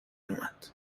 اومد